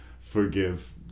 forgive